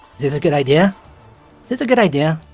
is this a good idea? is this a good idea.